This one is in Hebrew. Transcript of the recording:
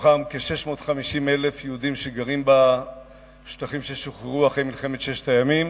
מתוכם כ-650,000 יהודים שגרים בשטחים ששוחררו אחרי מלחמת ששת הימים.